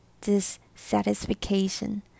dissatisfaction